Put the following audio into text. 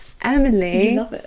Emily